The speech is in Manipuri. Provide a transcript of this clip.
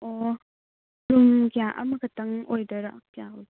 ꯑꯣ ꯔꯨꯝ ꯀꯌꯥ ꯑꯃꯈꯛꯇꯪ ꯑꯣꯏꯗꯣꯏꯔꯥ ꯀꯌꯥ ꯑꯣꯏꯗꯣꯏꯅꯣ